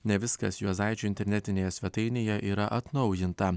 ne viskas juozaičio internetinėje svetainėje yra atnaujinta